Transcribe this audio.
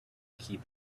keep